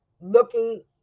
looking